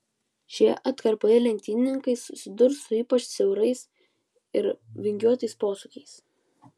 šioje atkarpoje lenktynininkai susidurs su ypač siaurais ir vingiuotais posūkiais